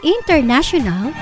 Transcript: International